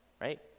right